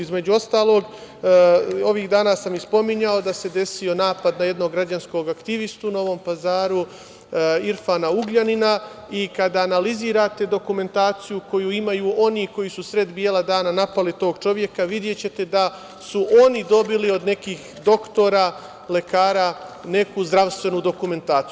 Između ostalog, ovih dana sam i spominjao da se desio napad na jednog građanskog aktivistu u Novom Pazaru, Irfana Ugljanina, i kada analizirate dokumentaciju koju imaju oni koji su u sred bela dana napali tog čoveka, videćete da su oni dobili od nekih doktora, lekara neku zdravstvenu dokumentaciju.